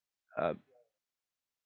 uh